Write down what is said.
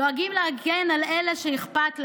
דואגים להגן על אלה שאכפת להם.